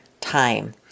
time